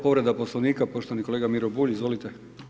Povreda poslovnika, poštovani kolega Miro Bulj, izvolite.